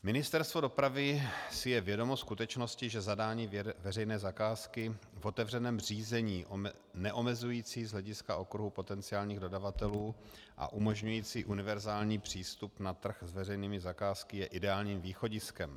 Ministerstvo dopravy si je vědomo skutečnosti, že zadání veřejné zakázky v otevřeném řízení neomezující z hlediska okruhu potenciálních dodavatelů a umožňující univerzální přístup na trh s veřejnými zakázkami je ideálním východiskem.